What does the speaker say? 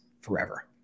forever